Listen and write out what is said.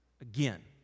Again